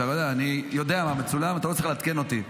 אני יודע מה מצולם, אתה לא צריך לעדכן אותי.